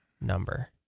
number